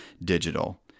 digital